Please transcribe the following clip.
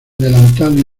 delantal